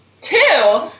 Two